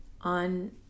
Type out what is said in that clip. On